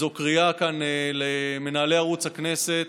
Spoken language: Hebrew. וזו קריאה כאן למנהלי ערוץ הכנסת